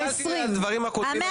הסתכלתי על הדברים הקודמים,